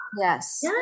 Yes